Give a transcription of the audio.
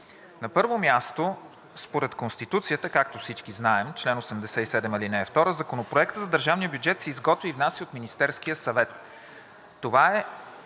На първо място, според Конституцията, както всички знаем – чл. 87, ал. 2, законопроектът за държавния бюджет се изготвя и внася от Министерския съвет.